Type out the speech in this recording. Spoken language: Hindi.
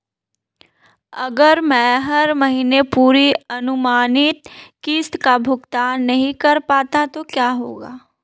अगर मैं हर महीने पूरी अनुमानित किश्त का भुगतान नहीं कर पाता तो क्या होगा?